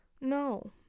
no